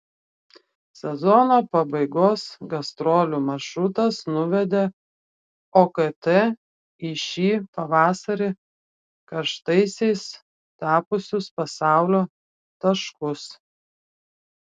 sezono pabaigos gastrolių maršrutas nuvedė okt į šį pavasarį karštaisiais tapusius pasaulio taškus